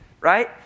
right